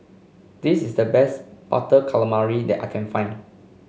this is the best Butter Calamari that I can find